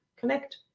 connect